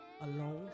alone